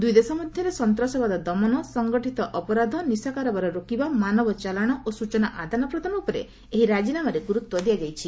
ଦୂଇ ଦେଶ ମଧ୍ୟରେ ସନ୍ତାସବାଦ ଦମନ ସଂଗଠିତ ଅପରାଧ ନିଶା କାରବାର ରୋକିବା ମାନବ ଚାଲାଣ ଓ ସୂଚନା ଆଦାନପ୍ରଦାନ ଉପରେ ଏହି ରାଜିନାମାରେ ଗୁରୁତ୍ୱ ଦିଆଯାଇଛି